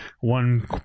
one